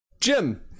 Jim